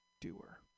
Doer